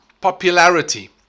popularity